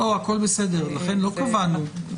הכול בסדר, לכן לא קבענו.